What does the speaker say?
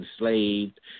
enslaved